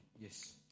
Yes